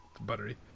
buttery